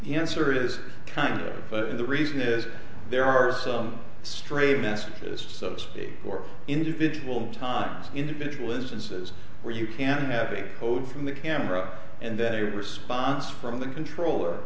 insert is kind of the reason is there are some straight messages so state or individual times individual instances where you can have a code from the camera and then a response from the controller